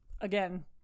again